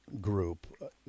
group